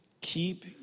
keep